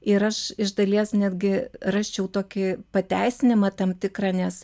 ir aš iš dalies netgi rasčiau tokį pateisinimą tam tikrą nes